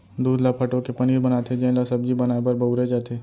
दूद ल फटो के पनीर बनाथे जेन ल सब्जी बनाए बर बउरे जाथे